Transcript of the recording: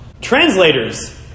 Translators